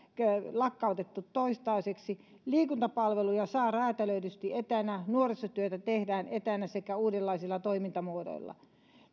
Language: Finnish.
lakkautettu toistaiseksi liikuntapalveluja saa räätälöidysti etänä ja nuorisotyötä tehdään etänä sekä uudenlaisilla toimintamuodoilla